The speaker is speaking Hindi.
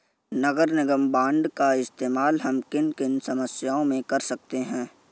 नगर निगम बॉन्ड का इस्तेमाल हम किन किन समस्याओं में कर सकते हैं?